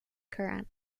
curran